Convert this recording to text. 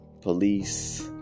Police